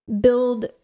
build